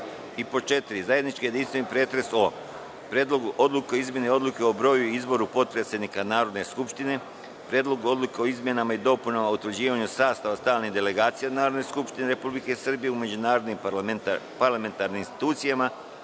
reda).Zajednički jedinstveni pretres o: Predlogu odluke o izmeni Odluke o broju i izboru potpredsednika Narodne skupštine; Predlogu odluke o izmenama Odluke o utvrđivanju sastava stalnih delegacija Narodne skupštine Republike Srbije u međunarodnim parlamentarnim institucijama;